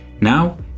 Now